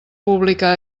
pública